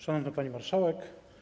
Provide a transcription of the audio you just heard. Szanowna Pani Marszałek!